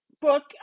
book